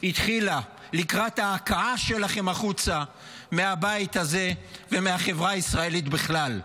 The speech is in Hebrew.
התחילה לקראת ההקאה שלכם החוצה מהבית הזה ומהחברה הישראלית בכלל.